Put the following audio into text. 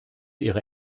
ihre